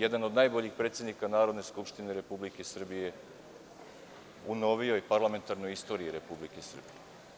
jedan od najboljih predsednika Narodne skupštine Republike Srbije u novijoj parlamentarnoj istoriji Republike Srbije.